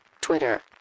Twitter